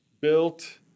built